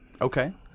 Okay